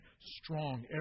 strong